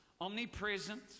omnipresent